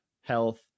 Health